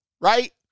right